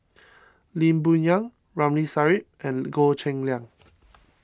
Lee Boon Yang Ramli Sarip and Goh Cheng Liang